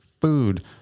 food